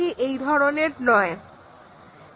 atomic কন্ডিশনের সংখ্যার ক্ষেত্রে এটা রৈখিক হবে